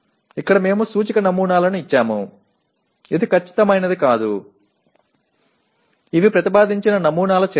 ఇక్కడ మేము సూచిక నమూనాలను ఇచ్చాము ఇది ఖచ్చితమైనది కాదు ఇవి ప్రతిపాదించిన నమూనాల చర్యలు